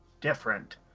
different